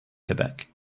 quebec